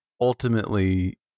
ultimately